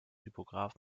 typograf